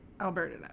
Alberta